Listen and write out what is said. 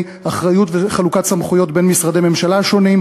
אחריות וחלוקת סמכויות בין משרדי הממשלה השונים,